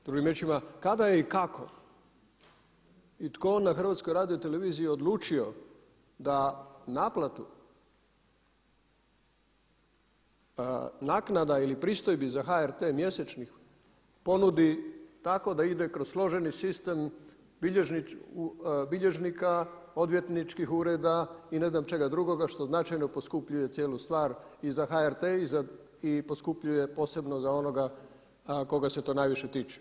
Drugim riječima, kada je i kako i tko na HRT-u odlučio da naplati naknada ili pristojbi za HRT mjesečnih ponudi tako da ide kroz složeni sistem bilježnika, odvjetničkih ureda i ne znam čega drugoga što značajno poskupljuje cijelu stvar i za HRT i poskupljuje posebno za onoga koga se to najviše tiče.